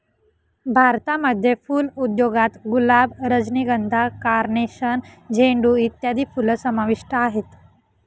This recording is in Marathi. भारतामध्ये फुल उद्योगात गुलाब, रजनीगंधा, कार्नेशन, झेंडू इत्यादी फुलं समाविष्ट आहेत